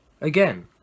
Again